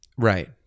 Right